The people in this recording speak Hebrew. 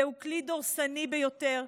זהו כלי דורסני ביותר,